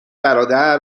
برادر